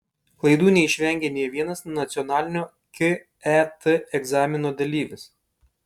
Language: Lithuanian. klaidų neišvengė nė vienas nacionalinio ket egzamino dalyvis